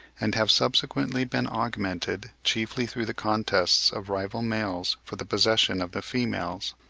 and have subsequently been augmented, chiefly through the contests of rival males for the possession of the females.